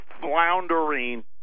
floundering